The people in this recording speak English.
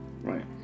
right